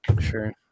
sure